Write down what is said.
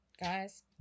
guys